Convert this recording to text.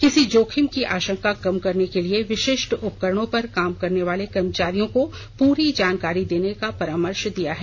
किसी जोखिम की आशंका कम करने के लिए विशिष्ट उपकरणों पर काम करने वाले कर्मचारियों को पूरी जानकारी देने का परामर्श दिया है